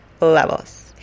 levels